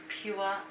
pure